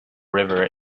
river